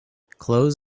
clothes